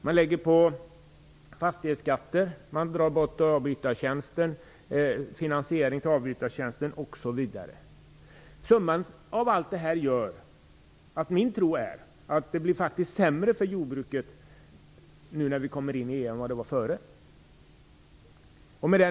Man lägger på fastighetsskatter, tar bort finansieringen av avbytartjänsten osv. Summan av allt detta får mig att tro att det faktiskt blir sämre för jordbruket nu när vi kommer in i EU än vad det var förut.